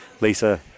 Lisa